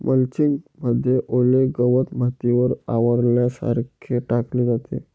mulching मध्ये ओले गवत मातीवर आवरणासारखे टाकले जाते